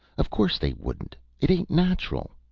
of course they wouldn't it ain't natural.